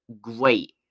great